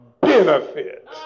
benefits